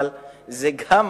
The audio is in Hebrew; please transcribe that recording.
אבל משום